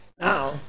now